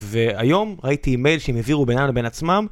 והיום ראיתי מייל שהם העבירו בינינו לבין עצמם